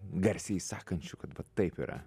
garsiai sakančių kad va taip yra